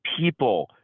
people